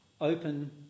open